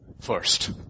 First